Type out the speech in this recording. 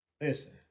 listen